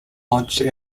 launched